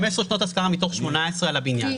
אמרנו 15 שנות השכרה מתוך 18 על הבניין.